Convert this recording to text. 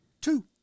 two